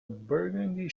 burgundy